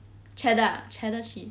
cheddar cheddar cheese